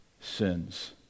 sins